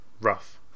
rough